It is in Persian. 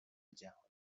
جهانی